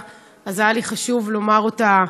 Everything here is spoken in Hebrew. אז חשוב לי לומר אותה,